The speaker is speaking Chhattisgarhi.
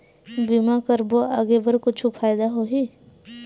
बीमा करबो आगे बर कुछु फ़ायदा होही?